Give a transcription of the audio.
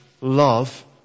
love